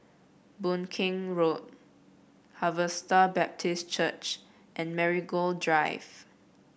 Boon Keng Road Harvester Baptist Church and Marigold Drive